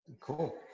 Cool